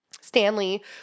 Stanley